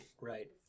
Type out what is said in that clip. Right